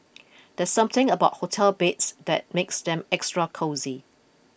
there's something about hotel beds that makes them extra cosy